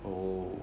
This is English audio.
oh